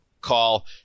call